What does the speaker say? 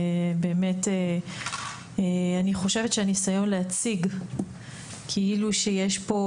ואני חושבת שהניסיון להציג כאילו שיש פה